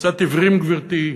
קצת עיוורים, גברתי,